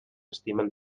estimen